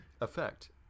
effect